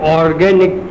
organic